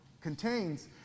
contains